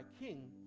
King